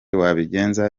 wabigenza